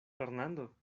fernando